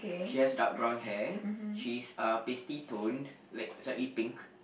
she has dark brown hair she is uh pasty tone like slightly pink